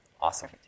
Awesome